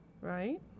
Right